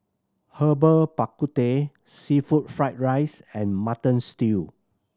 Herbal Bak Ku Teh seafood fried rice and Mutton Stew